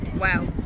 Wow